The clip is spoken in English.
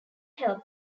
help